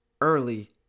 early